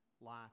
life